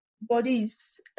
bodies